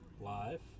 live